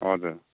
हजुर